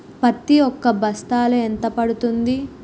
పత్తి ఒక బస్తాలో ఎంత పడ్తుంది?